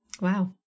Wow